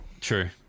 true